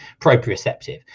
proprioceptive